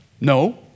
No